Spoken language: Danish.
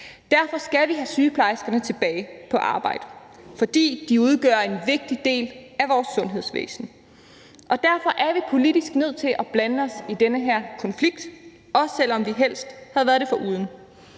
Derfor skal vi have sygeplejerskerne tilbage på arbejde, og det er, fordi de udgør en vigtig del af vores sundhedsvæsen, og derfor er vi politisk nødt til at blande os i den her konflikt, også selv om vi helst havde været det foruden.